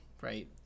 Right